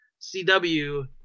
CW